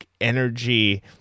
energy